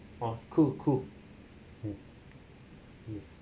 oh cool cool mm mm